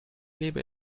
lebe